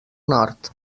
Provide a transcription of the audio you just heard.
nord